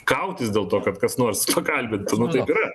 kautis dėl to kad kas nors pakalbintų nu taip yra